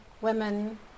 women